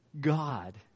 God